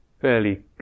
fairly